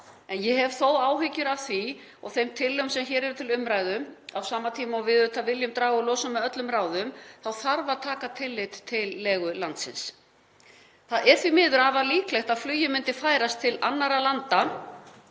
en ég hef þó áhyggjur af því og þeim tillögum sem hér eru til umræðu, af því að á sama tíma og við viljum draga úr losun með öllum ráðum þá þarf að taka tillit til legu landsins. Það er því miður afar líklegt að flugið myndi færast til annarra landa